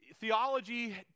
Theology